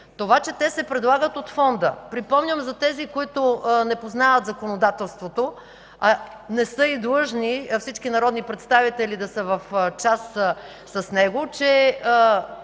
Това, че те се предлагат от Фонда. Припомням за тези, които не познават законодателството, а не са и длъжни всички народни представители да са в час с него, че